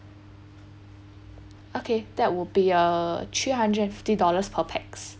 okay that would be a three hundred and fifty dollars per pax